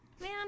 Man